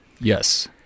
yes